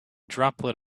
droplet